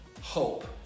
hope